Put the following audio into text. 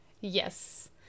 yes